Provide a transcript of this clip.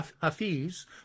Hafiz